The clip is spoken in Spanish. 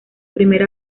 primera